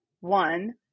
one